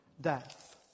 death